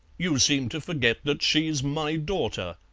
you seem to forget that she's my daughter.